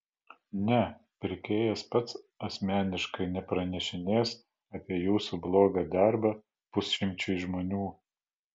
ne pirkėjas pats asmeniškai nepranešinės apie jūsų blogą darbą pusšimčiui žmonių